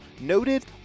noted